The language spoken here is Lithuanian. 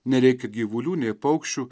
nereikia gyvulių nei paukščių